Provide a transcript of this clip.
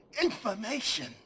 information